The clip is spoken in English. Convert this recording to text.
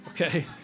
okay